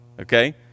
okay